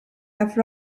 have